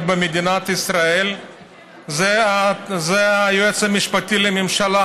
במדינת ישראל זה היועץ המשפטי לממשלה.